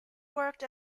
worked